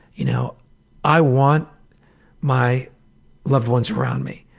you know i want my loved ones around me.